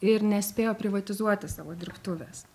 ir nespėjo privatizuoti savo dirbtuvės